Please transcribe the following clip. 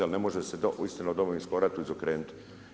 Ali, ne može se takva istina o Domovinskom ratu izokrenuti.